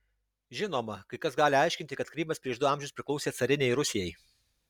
žinoma kai kas gali aiškinti kad krymas prieš du amžius priklausė carinei rusijai